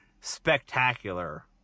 spectacular